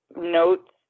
notes